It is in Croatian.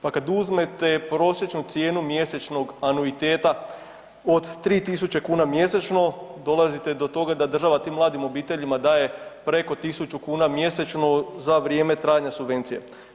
Pa kad uzmete prosječnu cijenu mjesečnog anuiteta od 3000 kuna mjesečno, dolazite do toga da država tim mladim obiteljima daje preko 1000 kuna mjesečno za vrijeme trajanja subvencije.